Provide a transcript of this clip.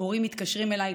הורים מתקשרים אליי,